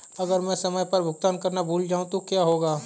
अगर मैं समय पर भुगतान करना भूल जाऊं तो क्या होगा?